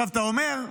אתה אומר: